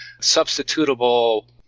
substitutable